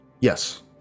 Yes